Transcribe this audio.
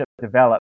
develop